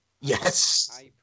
Yes